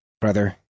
brother